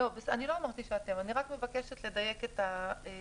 לא אמרתי שאתם, אני רק מבקשת לדייק את הדברים.